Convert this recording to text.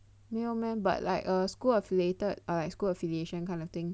没有 meh but like err school affiliated or like school affiliation kind of thing